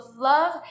love